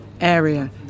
area